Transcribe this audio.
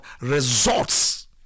results